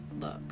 look